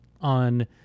on